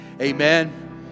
Amen